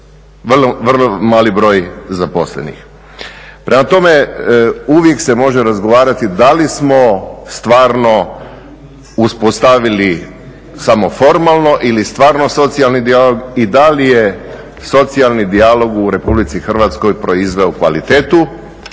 vrlo mali broj zaposlenih. Prema tome, uvijek se može razgovarati da li smo stvarno uspostavili samo formalno ili stvarno socijalni dijalog i da li je socijalni dijalog u Republici Hrvatskoj proizveo kvalitetu.